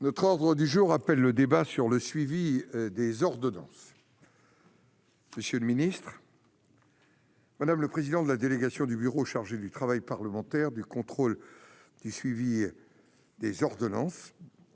Notre ordre du jour appelle le débat sur le suivi des ordonnances. Monsieur le Ministre. Madame le président de la délégation du bureau chargé du travail parlementaire du contrôle du suivi des ordonnances.